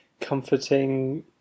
comforting